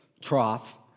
trough